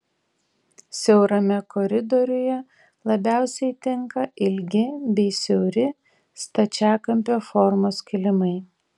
siaurame koridoriuje labiausiai tinka ilgi bei siauri stačiakampio formos kilimai